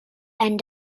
and